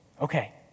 Okay